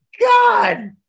God